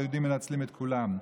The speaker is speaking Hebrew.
היהודים מנצלים את כולם.